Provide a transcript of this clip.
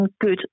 good